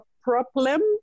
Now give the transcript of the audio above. problem